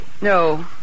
No